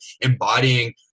embodying